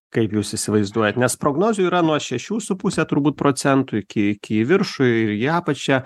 kaip jūs įsivaizduojat nes prognozių yra nuo šešių su puse turbūt procentų iki iki į viršų ir į apačią